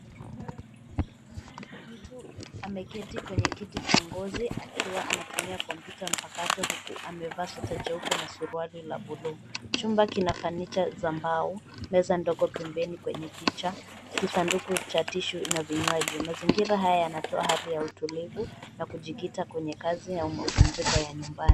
Mtu ameketi kwenye kiti cha ngozi akiwa antumia kompyuta mpakato huku amevaa sweta jeupe na suruali la buluu, chumba kina fanicha za mbao, meza ndogo pembeni kwenye picha sanduku cha tishu na vinywaji mazingira haya yanatoa hali ya utulivu.